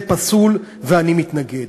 זה פסול, ואני מתנגד.